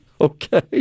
Okay